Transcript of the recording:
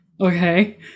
okay